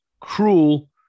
cruel